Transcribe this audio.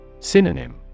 Synonym